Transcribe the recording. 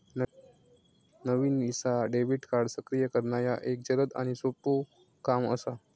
नवीन Visa debit card सक्रिय करणा ह्या एक जलद आणि सोपो काम असा